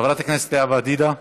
חברת הכנסת לאה פדידה,